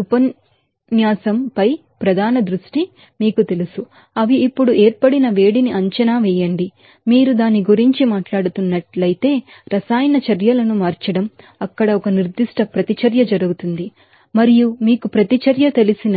ఈ ఉపన్యాసంపై ప్రధాన దృష్టి మీకు తెలుసు అవి ఇప్పుడు ఏర్పడిన వేడిని అంచనా వేయండి మీరు దాని గురించి మాట్లాడుతున్నట్లయితే రసాయన చర్యలను మార్చడం అక్కడ ఒక సర్టెన్ రియాక్షన్ నిర్దిష్ట ప్రతిచర్య జరుగుతుంది మరియు మీకు ప్రతిచర్య తెలిసిన